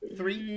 Three